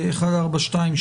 מ/1423.